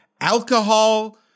alcohol